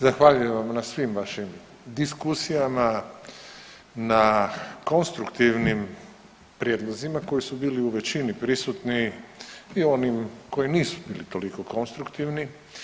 Zahvaljujem vam na svim vašim diskusijama, na konstruktivnim prijedlozima koji su bili u većini prisutni i onim koji nisu bili toliko konstruktivni.